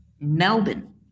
Melbourne